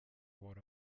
what